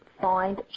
Find